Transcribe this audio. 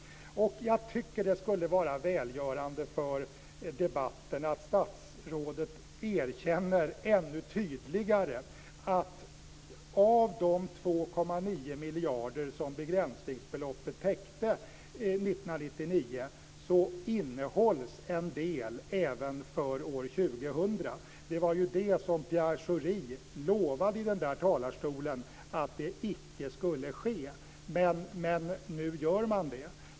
Det skulle vara välgörande för debatten att statsrådet tydligare erkänner att av de 2,9 miljarder som begränsningsbeloppet täckte 1999, innehålls en del även för år 2000. Pierre Schori lovade i talarstolen att det icke skulle ske. Men nu sker det.